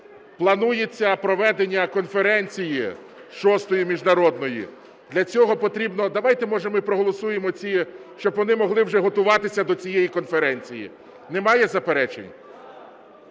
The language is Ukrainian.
планується проведення конференції VI міжнародної, для цього потрібно… Давайте, може, ми проголосуємо, щоб вони могли вже готуватися до цієї конференції. Немає заперечень?